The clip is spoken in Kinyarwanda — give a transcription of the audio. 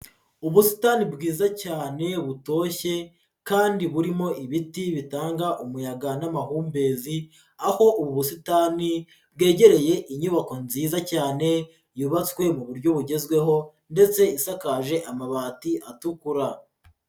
Ubusitani bwiza cyane butoshye kandi burimo ibiti bitanga umuyaga n'amahumbezi, aho ubu busitani bwegereye inyubako nziza cyane, yubatswe mu buryo bugezweho ndetse isakaje amabati atukura.